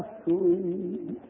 sweet